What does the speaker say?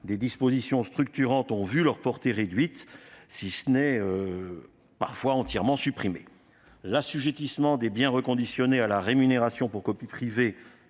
Des dispositions structurantes ont vu leur portée réduite, quand elles n'ont pas été supprimées : l'assujettissement des biens reconditionnés à la rémunération pour copie privée